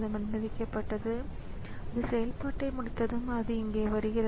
நான் கூறியபடி ஒவ்வொரு டிவைஸுக்கும் ஒரு டிவைஸ் கண்ட்ரோல் உள்ளது